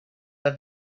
that